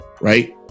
Right